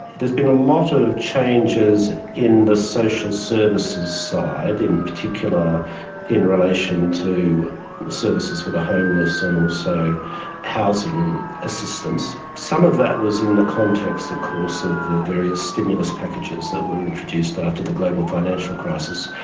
there's been a lot of changes in the social services side, in particular in relation to services for the homeless and also housing assistance. some of that was in the context, of course, of the various stimulus packages that were introduced after the global financial crisis,